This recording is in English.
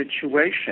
situation